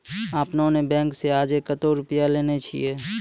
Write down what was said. आपने ने बैंक से आजे कतो रुपिया लेने छियि?